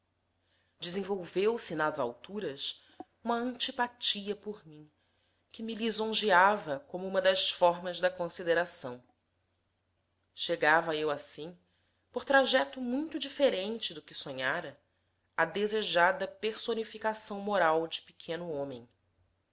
jamais desenvolveu se nas alturas uma antipatia por mim que me lisonjeava como uma das formas da consideração chegava eu assim por trajeto muito diferente do que sonhara à desejada personificação moral de pequeno homem